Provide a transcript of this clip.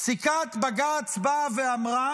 פסיקת בג"ץ באה ואמרה